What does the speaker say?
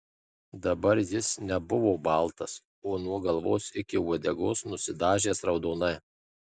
dabar jis nebuvo baltas o nuo galvos iki uodegos nusidažęs raudonai